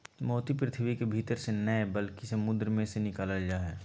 मोती पृथ्वी के भीतर से नय बल्कि समुंद मे से निकालल जा हय